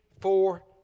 four